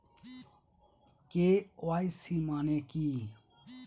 KYC মানে কি?